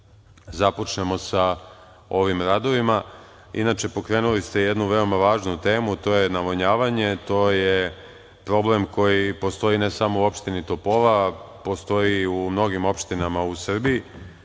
započnemo sa ovim radovima. Inače, pokrenuli ste jednu veoma važnu temu. To je navodnjavanje. To je problem koji postoji, ne samo u opštini Topola, postoji i u mnogim opštinama u Srbiji,